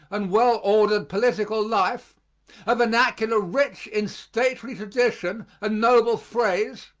and well-ordered political life a vernacular rich in stately tradition and noble phrase,